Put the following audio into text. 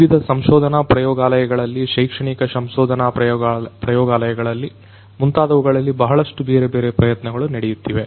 ವಿವಿಧ ಸಂಶೋಧನಾ ಪ್ರಯೋಗಾಲಯಗಳಲ್ಲಿ ಶೈಕ್ಷಣಿಕ ಸಂಶೋಧನಾ ಪ್ರಯೋಗಾಲಯಗಳಲ್ಲಿ ಮುಂತಾದವುಗಳಲ್ಲಿ ಬಹಳಷ್ಟು ಬೇರೆ ಬೇರೆ ಪ್ರಯತ್ನಗಳು ನಡೆಯುತ್ತಿವೆ